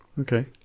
Okay